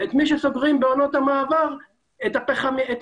כשאת מי שסוגרים בעונות המעבר זה את